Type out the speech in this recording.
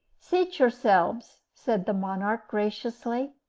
seat yourselves, said the monarch, graciously.